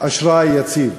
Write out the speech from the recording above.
אשראי יציב,